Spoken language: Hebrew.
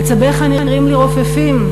עצביך נראים לי רופפים,